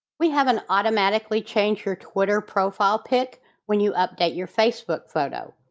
we have an automatically change your twitter profile pic when you update your facebook photo,